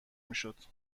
میشد